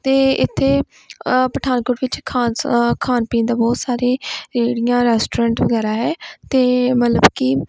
ਅਤੇ ਇੱਥੇ ਪਠਾਨਕੋਟ ਵਿੱਚ ਖਾ ਖਾਣ ਪੀਣ ਦਾ ਬਹੁਤ ਸਾਰੇ ਰੇਹੜੀਆਂ ਰੈਸਟੋਰੈਂਟ ਵਗੈਰਾ ਹੈ ਅਤੇ ਮਤਲਬ ਕਿ